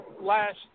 last